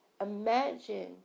Imagine